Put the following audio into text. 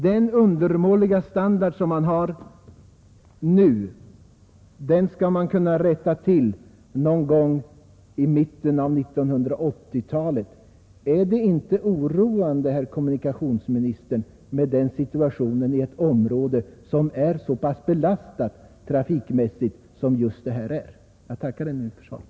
Den undermåliga standard som vi har nu skall alltså kunna rättas till först någon gång i mitten av 1980-talet. Är det inte oroande, herr kommunikationsminister, att ha en sådan situation i ett område som är så pass belastat trafikmässigt som just detta? Jag tackar än en gång för svaret.